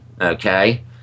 Okay